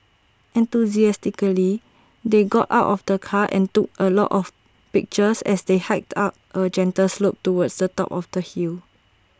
enthusiastically they got out of the car and took A lot of pictures as they hiked up A gentle slope towards the top of the hill